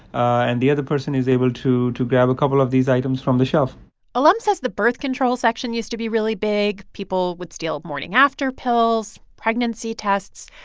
and the other person is able to to grab a couple of these items from the shelf alam says the birth control section used to be really big. people would steal morning-after pills, pregnancy tests.